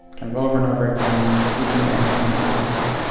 kind of over and over again, we can be anything that we want to be.